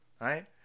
Right